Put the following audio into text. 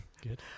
Good